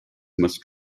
must